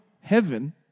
heaven